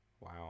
Wow